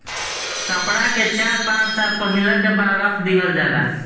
कपड़ा के चार पाँच साल पहिनला के बाद रख दिहल जाला